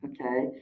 okay